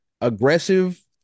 aggressive